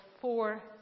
four